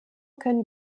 können